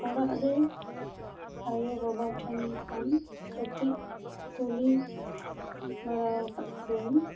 ᱚᱲᱟᱜ ᱨᱮ ᱟᱭᱳ ᱵᱟᱵᱟ ᱴᱷᱮᱱ ᱠᱷᱚᱱ ᱠᱟᱹᱴᱤᱡ ᱠᱩᱞᱤ ᱵᱟᱲᱟ ᱟᱠᱟᱫ ᱠᱚᱣᱟᱹᱧ